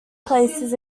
places